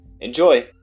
Enjoy